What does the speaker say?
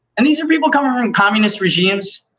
and these are people coming from communist regimes